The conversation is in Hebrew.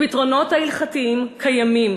הפתרונות ההלכתיים קיימים,